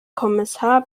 kommissar